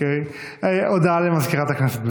הודעה למזכירת הכנסת.